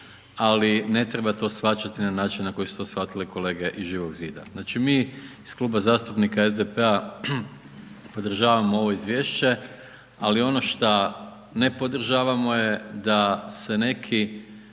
ali ne treba shvaćati na način na koji su to shvatili kolege iz Živog zida. Znači mi iz Kluba zastupnika SDP-a podržavamo ovo izvješće ali ono šta ne podržavamo je da se neki